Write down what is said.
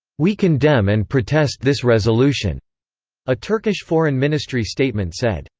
we condemn and protest this resolution a turkish foreign ministry statement said.